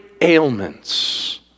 ailments